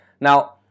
Now